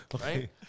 right